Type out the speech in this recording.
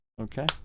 Okay